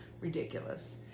ridiculous